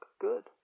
good